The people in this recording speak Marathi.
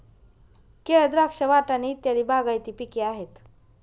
केळ, द्राक्ष, वाटाणे इत्यादी बागायती पिके आहेत